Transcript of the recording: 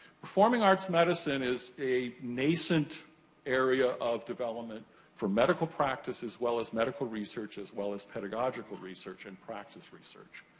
performing arts medicine is a nascent area of development for medical practice, as well as medical research, as well as pedagogical research and practice research.